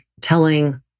telling